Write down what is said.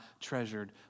treasured